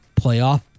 playoff